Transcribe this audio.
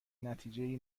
نتیجهای